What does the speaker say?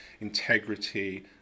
integrity